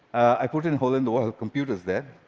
i put in hole in the wall computers there,